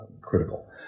critical